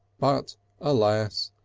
but alas!